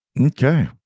Okay